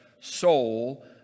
soul